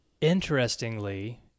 interestingly